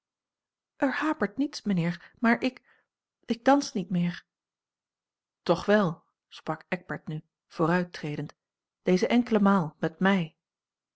er hapert niets mijnheer maar ik ik dans niet meer toch wel sprak eckbert nu vooruittredend deze enkele maal met mij